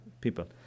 people